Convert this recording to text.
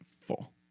Full